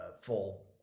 full